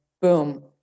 boom